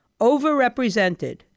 overrepresented